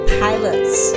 pilots